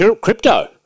crypto